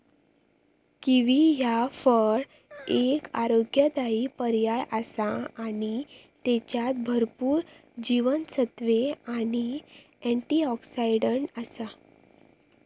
kiwi ह्या फळ एक आरोग्यदायी पर्याय आसा आणि त्येच्यात भरपूर जीवनसत्त्वे आणि अँटिऑक्सिडंट आसत